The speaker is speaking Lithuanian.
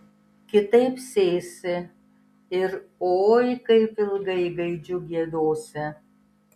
kitaip sėsi ir oi kaip ilgai gaidžiu giedosi